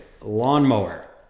Lawnmower